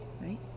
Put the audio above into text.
right